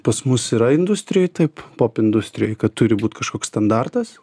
pas mus yra industrijoj taip popindustrijoj kad turi būt kažkoks standartas